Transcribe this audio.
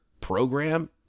program